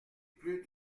plus